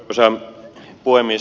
arvoisa puhemies